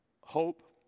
hope